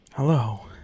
Hello